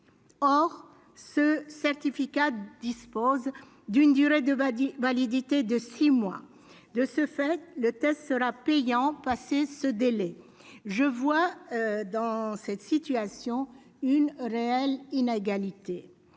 Or ce certificat possède une durée de validité de six mois. De ce fait, le test sera payant passé ce délai. Je vois dans une telle situation une réelle inégalité.